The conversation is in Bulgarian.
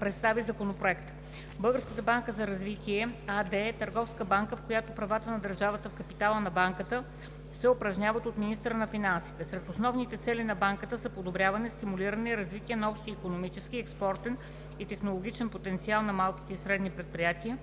представи Законопроекта. „Българска банка за развитие“ АД е търговска банка, в която правата на държавата в капитала на банката се упражняват от министъра на финансите. Сред основните цели на банката са подобряване, стимулиране и развитие на общия икономически, експортен и технологичен потенциал на малките и средните предприятия